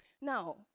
Now